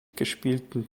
gespielten